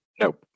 Nope